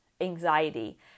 anxiety